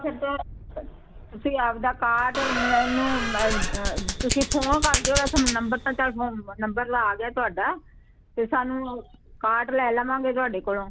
ਤੁਸੀਂ ਆਪਦਾ ਕਾਰਡ ਮੈਨੂੰ ਅ ਤੁਸੀਂ ਫੋਨ ਕਰਦੇ ਹੋ ਤੁਹਾਨੂੰ ਨੰਬਰ ਤਾਂ ਨੰਬਰ ਲ ਆ ਗਿਆ ਤੁਹਾਡਾ ਅਤੇ ਸਾਨੂੰ ਕਾਟ ਲੈ ਲਵਾਂਗੇ ਤੁਹਾਡੇ ਕੋਲੋਂ